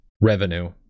revenue